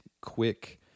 quick